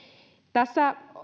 tässä